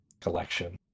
collection